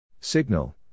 Signal